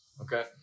Okay